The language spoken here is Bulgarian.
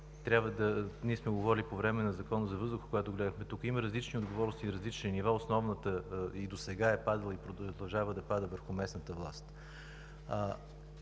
власт – ние сме говорили по Закона за въздуха, който гледахме тук, има различни отговорности и различни нива. Основната и досега е падала и продължава да пада върху местната власт.